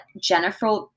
Jennifer